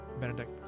Benedict